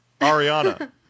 ariana